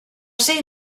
ser